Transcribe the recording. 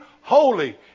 holy